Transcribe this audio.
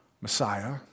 Messiah